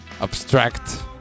abstract